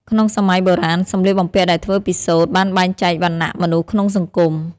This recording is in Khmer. ក្នុងសម័យបុរាណ សម្លៀកបំពាក់ដែលធ្វើពីសូត្របានបែងចែកវណ្ណៈមនុស្សក្នុងសង្គម។